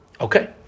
Okay